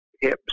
hips